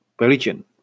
religion